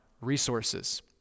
resources